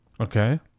Okay